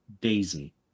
Daisy